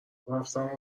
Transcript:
رفتم